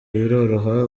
biroroha